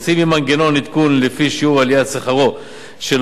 ממנגנון עדכון לפי שיעור עליית שכרו של העובד